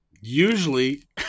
usually